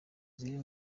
ziri